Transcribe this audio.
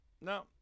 no